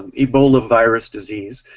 and ebola virus disease,